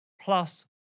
plus